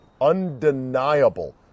Undeniable